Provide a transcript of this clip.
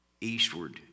eastward